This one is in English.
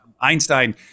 Einstein